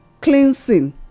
cleansing